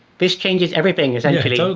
this changes everything, essentially. like